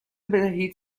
بدهید